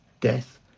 death